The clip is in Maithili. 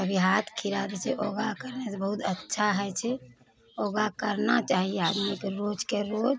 अभी हाथ गिरा दै छै योगा करय सऽ बहुत अच्छा होइ छै योगा करबा चाही आदमीके रोजके रोज